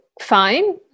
fine